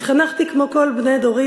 התחנכתי כמו כל בני דורי,